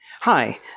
Hi